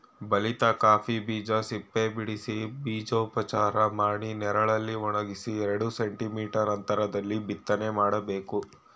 ಬಲಿತ ಕಾಫಿ ಬೀಜ ಸಿಪ್ಪೆಬಿಡಿಸಿ ಬೀಜೋಪಚಾರ ಮಾಡಿ ನೆರಳಲ್ಲಿ ಒಣಗಿಸಿ ಎರಡು ಸೆಂಟಿ ಮೀಟರ್ ಅಂತ್ರದಲ್ಲಿ ಬಿತ್ತನೆ ಮಾಡ್ಬೇಕು